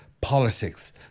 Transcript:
politics